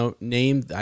name